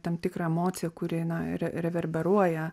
tam tikrą emociją kuri na reverberuoja